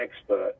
expert